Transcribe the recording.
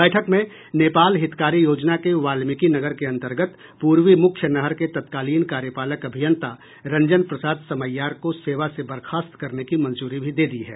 बैठक में नेपाल हितकारी योजना के वाल्मिकीनगर के अन्तर्गत पूर्वी मूख्य नहर के तत्कालीन कार्यपालक अभियंता रंजन प्रसाद समैयार को सेवा से बर्खास्त करने की मंजूरी भी दे दी है